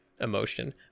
emotion